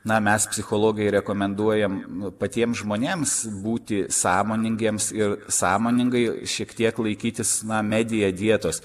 na mes psichologai rekomenduojam patiems žmonėms būti sąmoningiems ir sąmoningai šiek tiek laikytis na media dietos